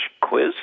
quiz